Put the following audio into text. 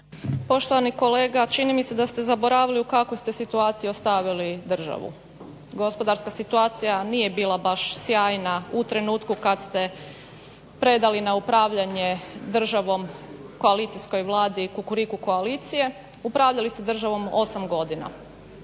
Poštovani kolega čini mi se da ste zaboravili u kakvoj ste situaciji ostavili državu. Gospodarska situacija nije bila baš sjajna u trenutku kad ste predali na upravljanje državom koalicijskoj Vladi kukuriku koalicije, upravljali ste državom 8 godina